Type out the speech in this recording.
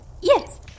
Yes